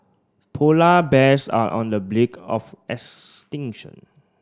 polar bears are on the of extinction